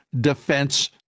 defense